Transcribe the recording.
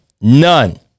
none